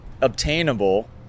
obtainable